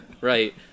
Right